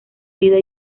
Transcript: vida